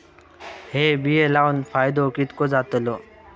हे बिये लाऊन फायदो कितको जातलो?